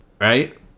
right